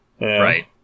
Right